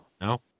no